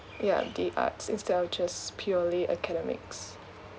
yeah the arts instead of just purely academics